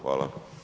Hvala.